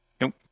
Nope